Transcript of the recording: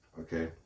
Okay